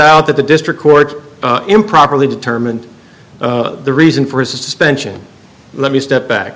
out that the district court improperly determined the reason for his suspension let me step back